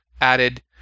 added